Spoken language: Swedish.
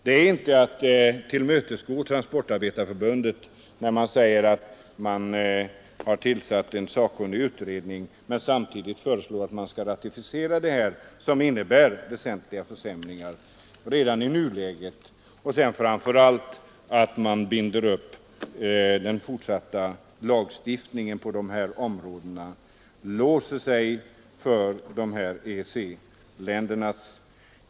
Det är inte att tillmötesgå Transportarbetareförbundet när man säger att man har tillsatt en utredning men samtidigt föreslår att den europeiska överenskommelsen skall ratificeras. Redan i nuläget innebär den överenskommelsen väsentliga försämringar, och framför allt binder vi därmed den fortsatta lagstiftningen och låser oss för att följa EEC-ländernas bestämmelser.